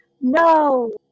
No